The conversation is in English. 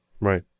right